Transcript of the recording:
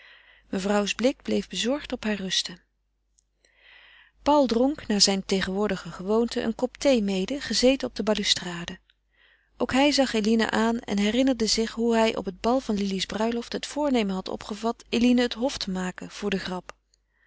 mevrouws blik bleef bezorgd op haar rusten paul dronk naar zijne tegenwoordige gewoonte een kop thee mede gezeten op de ballustrade ook hij zag eline aan en herinnerde zich hoe hij op het bal van lili's bruiloft het voornemen had opgevat eline het hof te maken voor de grap